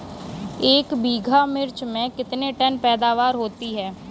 एक बीघा मिर्च में कितने टन पैदावार होती है?